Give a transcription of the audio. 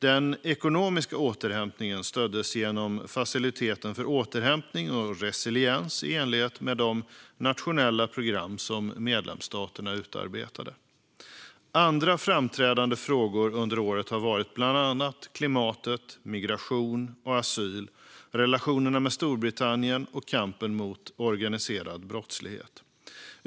Den ekonomiska återhämtningen stöddes genom faciliteten för återhämtning och resiliens i enlighet med de nationella program som medlemsstaterna utarbetat. Andra framträdande frågor under året var bland annat klimatet, migration och asyl, relationerna med Storbritannien och kampen mot organiserad brottslighet.